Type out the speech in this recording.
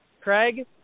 Craig